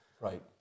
Right